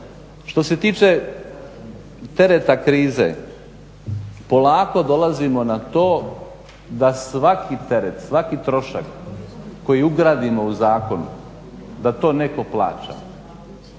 Što se tiče tereta krize polako dolazimo na to da svaki teret, svaki trošak koji ugradimo u zakon da to netko plaća.